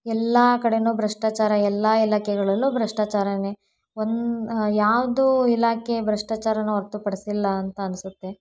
ಎಲ್ಲ ಕಡೆಯೂ ಭ್ರಷ್ಟಾಚಾರ ಎಲ್ಲ ಇಲಾಖೆಗಳಲ್ಲೂ ಭ್ರಷ್ಟಾಚಾರವೇ ಒಂದು ಯಾವುದೂ ಇಲಾಖೆ ಭ್ರಷ್ಟಾಚಾರನ ಹೊರ್ತು ಪಡಿಸಿಲ್ಲ ಅಂತ ಅನಿಸುತ್ತೆ